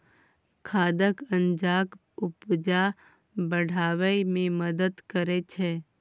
खाद अनाजक उपजा बढ़ाबै मे मदद करय छै